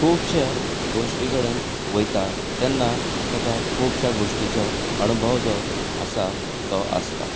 खुबश्यां गोश्टी कडेन वयता तेन्ना तेका खुबश्यां गोश्टीचो अणभव जो आसा तो आसता